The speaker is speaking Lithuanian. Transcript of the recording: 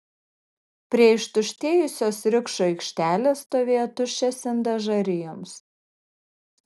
prie ištuštėjusios rikšų aikštelės stovėjo tuščias indas žarijoms